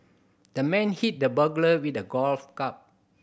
the man hit the burglar with a golf club